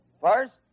First